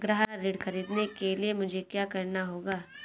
गृह ऋण ख़रीदने के लिए मुझे क्या करना होगा?